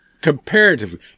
Comparatively